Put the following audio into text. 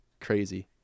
crazy